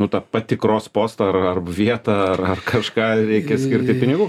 nu tą patikros postą ar ar vietą ar ar kažką reikia skirti pinigų